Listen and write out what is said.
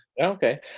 okay